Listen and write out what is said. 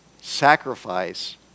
sacrifice